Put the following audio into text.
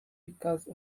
because